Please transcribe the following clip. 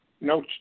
No